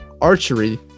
archery